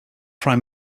prime